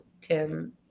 Tim